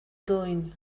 going